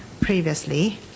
previously